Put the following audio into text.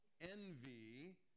envy